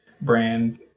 brand